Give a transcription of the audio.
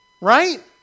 right